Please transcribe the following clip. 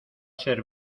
ser